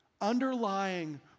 underlying